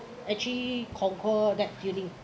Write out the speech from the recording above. actually conquer that feeling